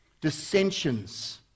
dissensions